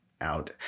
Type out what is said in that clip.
out